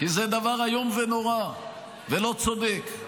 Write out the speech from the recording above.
כי זה דבר איום ונורא ולא צודק.